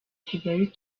kigali